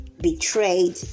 betrayed